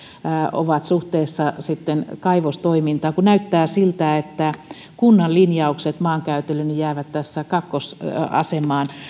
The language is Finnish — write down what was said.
ovat suhteessa kaivostoimintaan kun näyttää siltä että kunnan linjaukset maankäytölle jäävät tässä kakkosasemaan